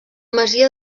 masia